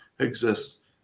exists